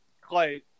Clay